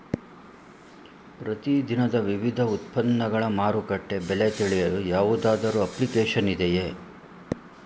ಪ್ರತಿ ದಿನದ ವಿವಿಧ ಉತ್ಪನ್ನಗಳ ಮಾರುಕಟ್ಟೆ ಬೆಲೆ ತಿಳಿಯಲು ಯಾವುದಾದರು ಅಪ್ಲಿಕೇಶನ್ ಇದೆಯೇ?